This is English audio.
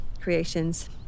creations